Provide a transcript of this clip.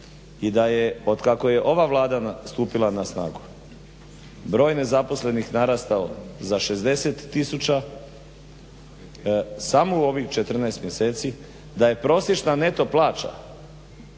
i da je otkako je ova Vlada stupila na snagu broj nezaposlenih narastao za 60 tisuća samo u ovih 14 mjeseci, da je prosječna neto plaća